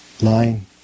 lying